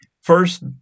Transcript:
First